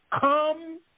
Come